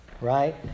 right